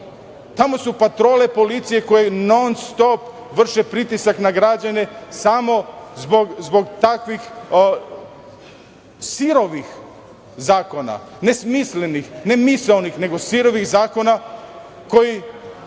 tamo su patrole policije koje non-stop vrše pritisak na građane samo zbog takvih sirovih zakona, nesmislenih, ne misaonih nego sirovih zakona koji